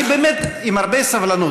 אני באמת עם הרבה סבלנות,